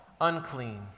unclean